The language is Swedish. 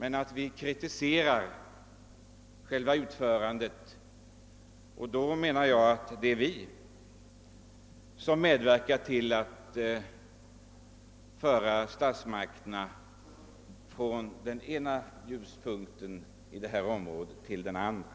Enligt min mening har vi med vår kritik medverkat till att statsmakterna kunnat gå från den ena ljuspunkten till den andra på det här området.